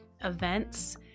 events